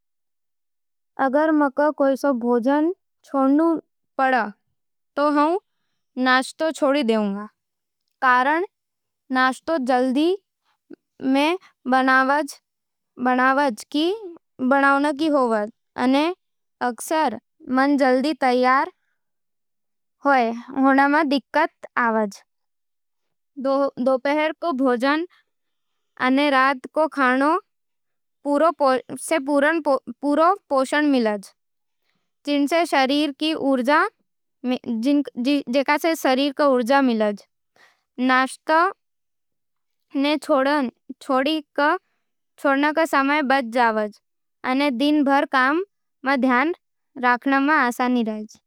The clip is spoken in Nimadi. अगर मने कुणसी भोजन छूटणो पड़सी, तो म्यूँ नाश्तो चोदि द्यु। कारण, नाश्तो जल्दी में बनावण रो होवे अने अक्सर मन जल्दी तैयार होण में दिक्कत आवे है। दोपहर रो भोजन अने रात रो खाना में पूरा पोषण मिल जावे है, जिणसे शरीर नी ऊर्जा मिलै। नाश्तो ने छोड़ण सै समय बच जावे है, अने दिन भर काम मं ध्यान राखण में आसानी रेज।